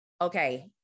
okay